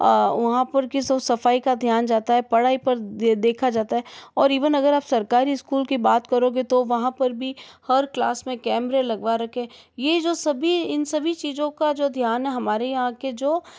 वहाँ पर किशो सफाई का ध्यान जाता है पढ़ाई पर दे देखा जाता है और इवन अगर आप सरकारी स्कूल की बात करोगे तो वहाँ पर भी हर क्लास में कैमरे लगवा रखे यह जो सभी इन सभी चीज़ों का जो ध्यान हमारे यहाँ के जो